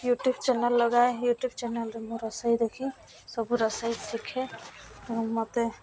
YouTube channel ଲଗାଏ YouTube ଚ୍ୟାନେଲ୍ରେ ମୁଁ ରୋଷେଇ ଦେଖେ ସବୁ ରୋଷେଇ ଶିଖେ ଏବଂ ମୋତେ